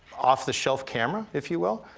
off the shelf camera, if you will,